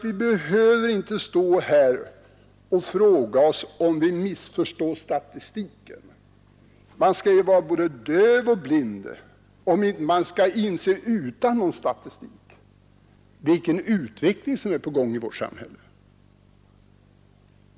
Vi behöver inte stå här och fråga oss, om vi missförstår statistiken; man skall väl vara både döv och blind, om man inte skall inse — även utan någon statistik — vilken utveckling som är på gång i vårt samhälle.